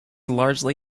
largely